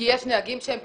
כי יש נהגים שייכשלו.